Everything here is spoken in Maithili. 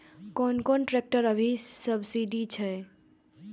कोन कोन ट्रेक्टर अभी सब्सीडी छै?